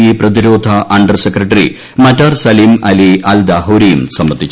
E പ്രതിരോധ under secretary മറ്റാർ Salim Ali Al ദാഹേരിയും സംബന്ധിച്ചു